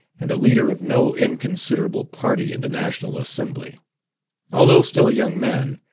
and a leader of no inconsiderable party in the national assembly although still a young man,